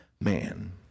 man